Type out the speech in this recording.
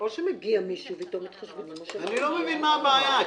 לא מבין מה הבעיה.